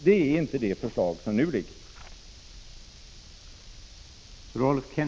Det innebär inte det förslag som nu föreligger.